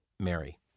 Mary